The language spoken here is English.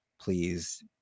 please